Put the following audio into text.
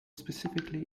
specifically